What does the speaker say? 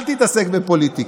אל תתעסק בפוליטיקה,